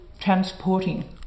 transporting